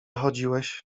chodziłeś